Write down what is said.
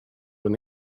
when